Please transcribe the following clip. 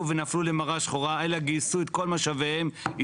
וזה גם מנקודת הראות של הסבים והסבתות